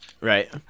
Right